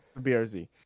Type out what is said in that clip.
BRZ